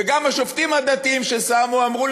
וגם השופטים הדתיים ששמו אמרו,